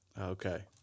Okay